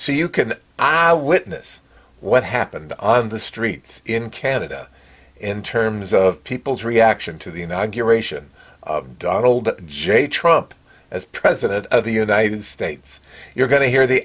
so you can i witness what happened on the streets in canada in terms of people's reaction to the you know i get ration of donald j trump as president of the united states you're going to hear the